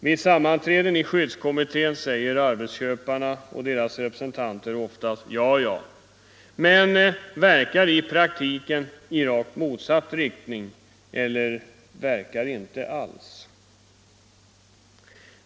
Vid sammanträden i skyddskommittén säger arbetsköparna och deras representanter oftast ”ja, ja” - men verkar i praktiken i rakt motsatt riktning, eller verkar inte alls.